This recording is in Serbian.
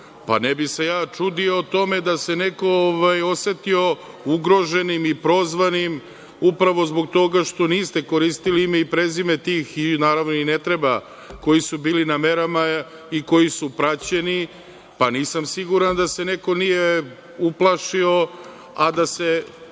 Pa, ne bih se ja čudio tome da se neko osetio ugroženim i prozvanim, upravo zbog toga što niste koristili ime i prezime tih, i naravno i ne treba, koji su bili na merama i koji su praćeni, pa nisam siguran da se neko nije uplašio, a da se